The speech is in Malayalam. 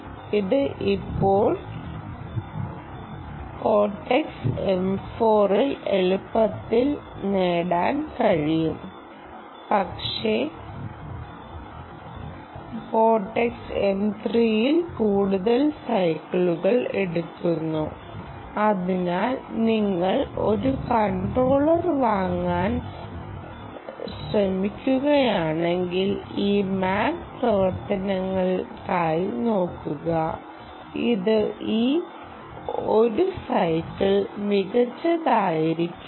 ഇത് ഇപ്പോൾ കോർടെക്സ് M4 ൽ എളുപ്പത്തിൽ നേടാൻ കഴിയും പക്ഷേ കോർടെക്സ് M3ൽ കൂടുതൽ സൈക്കിളുകൾ എടുക്കുന്നു അതിനാൽ നിങ്ങൾ ഒരു കൺട്രോളർ വാങ്ങാൻ ശ്രമിക്കുകയാണെങ്കിൽ ഈ MAC പ്രവർത്തനത്തിനായി നോക്കുക ഇത് ഈ ഒരു സൈക്കിൾ മികച്ചതായിരിക്കില്ല